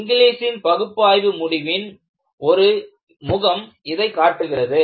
இங்லீஸின் பகுப்பாய்வு முடிவின் ஒரு முகம் இதைக் காட்டுகிறது